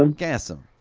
um gas em.